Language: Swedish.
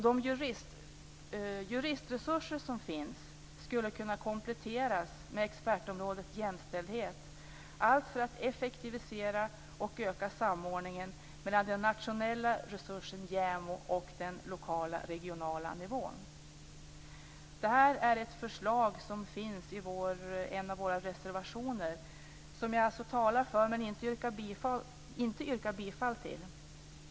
De juristresurser som finns skulle kunna kompletteras med expertområdet jämställdhet; allt för att effektivisera och öka samordningen mellan den nationella resursen JämO och den lokala och regionala nivån. Detta förslag, som finns i en av våra reservationer, talar jag för. Jag yrkar dock inte bifall här.